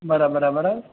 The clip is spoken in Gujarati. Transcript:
બરા બરા બરાબર